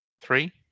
Three